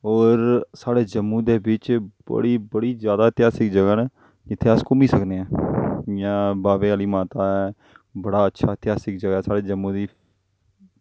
होर साढ़े जम्मू दे बिच्च बड़ी बड़ी जादा इतेहासक जगह् न जित्थें अस घूमी सकने आं जियां बाह्वे आह्ली माता ऐ बड़ा अच्छा इतिहासिक जगह् ऐ साढ़े जम्मू दी